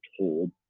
told